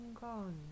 gone